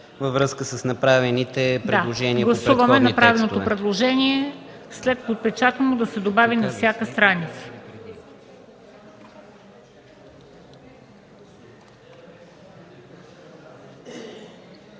във връзка с направените предложения по предходни текстове.